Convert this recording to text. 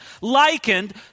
likened